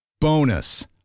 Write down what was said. Bonus